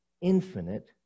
infinite